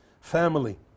Family